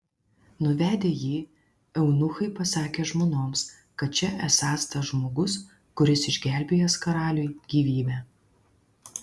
nuvedę jį eunuchai pasakė žmonoms kad čia esąs tas žmogus kuris išgelbėjęs karaliui gyvybę